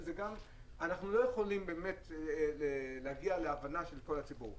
אנחנו לא יכולים באמת להגיע להבנה של כל הציבור.